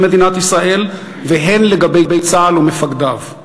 מדינת ישראל והן לגבי צה"ל ומפקדיו.